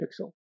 Pixel